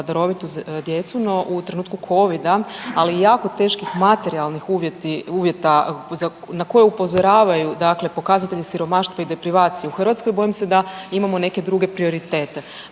darovitu djecu no u trenutku COVID-a ali i jako teških materijalnih uvjeta na koje upozoravaju dakle, pokazatelji siromaštva i deprivacije u Hrvatskoj, bojim se da imamo neke druge prioritete.